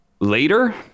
later